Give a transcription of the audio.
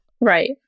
Right